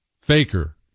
faker